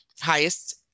highest